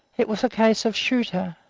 it was a case of shoot her,